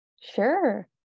sure